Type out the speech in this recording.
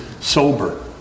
sober